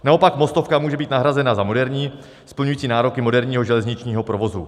Naopak mostovka může být nahrazena za moderní, splňující nároky moderního železničního provozu.